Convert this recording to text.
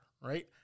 right